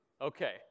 Okay